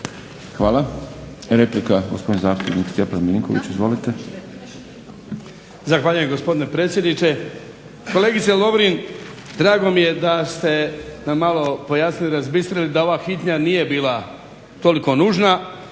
Hvala. Replika gospodin zastupnik Stjepan Milinković. Izvolite. **Milinković, Stjepan (HDZ)** Zahvaljujem gospodine predsjedniče. Kolegice Lovrin, drago mi je da ste nam malo pojasnili, razbistrili da ova hitnja nije bila toliko nužno.